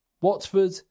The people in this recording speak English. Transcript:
Watford